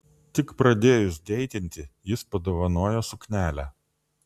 tik pradėjus deitinti jis padovanojo suknelę